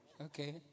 Okay